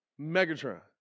Megatron